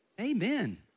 Amen